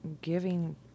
giving